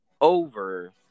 over